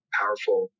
powerful